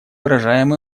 выражаем